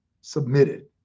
submitted